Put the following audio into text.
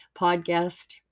podcast